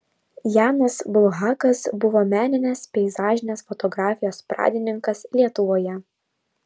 janas bulhakas buvo meninės peizažinės fotografijos pradininkas lietuvoje